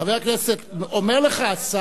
חבר הכנסת, אומר לך השר,